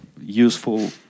useful